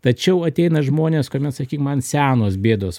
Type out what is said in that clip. tačiau ateina žmonės kuomet sakykim man senos bėdos